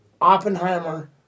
Oppenheimer